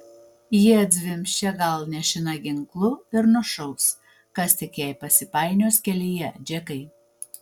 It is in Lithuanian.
ji atzvimbs čia gal nešina ginklu ir nušaus kas tik jai pasipainios kelyje džekai